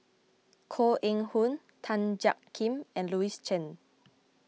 Koh Eng Hoon Tan Jiak Kim and Louis Chen